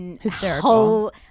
hysterical